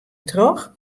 troch